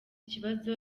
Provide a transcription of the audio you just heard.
kibazo